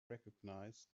recognize